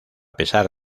pesar